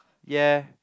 ya